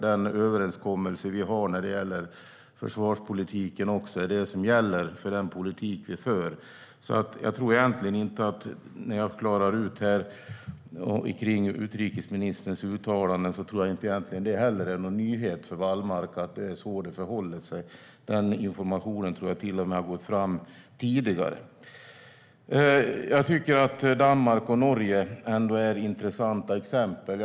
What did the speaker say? Den överenskommelse vi har om försvarspolitiken är det som gäller för den politik vi för. När jag nu klarar ut utrikesministerns uttalande tror jag inte att det egentligen är någon nyhet för Wallmark hur det förhåller sig. Den informationen tror jag har gått fram redan tidigare. Danmark och Norge är intressanta exempel.